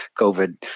COVID